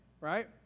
right